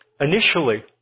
initially